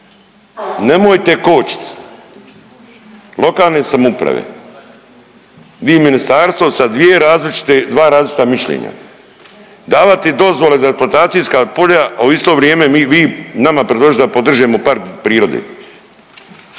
nemojte kočit lokalne samouprave vi ministarstvo sa dvije različite, dva različita mišljenja, davati dozvole za eksploatacijska polja, a u isto vrijeme vi nama predložili da podržimo park prirode.